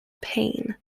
pain